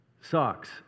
socks